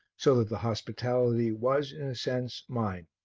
so that the hospitality was in a sense mine.